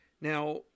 Now